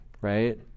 right